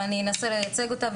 אבל אני אנסה לייצג אותה.